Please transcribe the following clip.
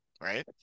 right